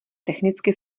technicky